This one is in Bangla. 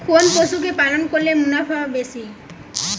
কোন পশু কে পালন করলে মুনাফা বেশি?